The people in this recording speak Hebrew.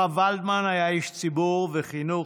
הרב ולדמן היה איש ציבור וחינוך,